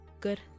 good